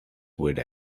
with